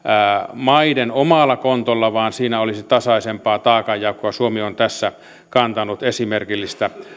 maiden omalla kontolla vaan siinä olisi tasaisempaa taakanjakoa suomi on tässä kantanut esimerkillistä